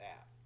app